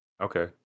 okay